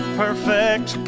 perfect